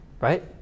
right